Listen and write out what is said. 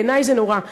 בעיני זה נורא.